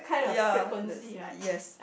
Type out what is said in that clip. ya thus yes